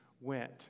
went